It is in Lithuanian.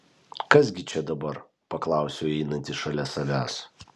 kas gi čia dabar paklausiau einantį šalia savęs